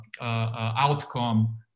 outcome